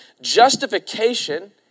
Justification